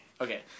Okay